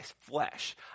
flesh